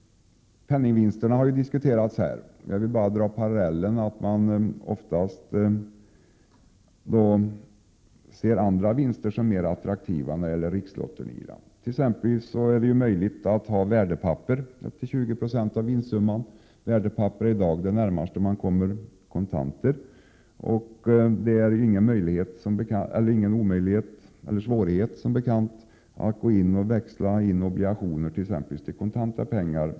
Penningvinsterna har diskuterats. Oftast anses andra vinster som mer attraktiva i rikslotterierna. Det är t.ex. tillåtet att som vinster ha upp till 20 20 av vinstsumman i form av värdepapper. Värdepapper är i dag det närmaste man kan komma kontanter. Det är ingen svårighet att lösa in obligationer till kontanter.